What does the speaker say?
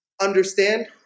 understand